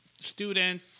student